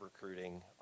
recruiting